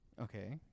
Okay